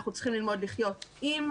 אנחנו צריכים ללמוד לחיות עם,